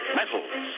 metals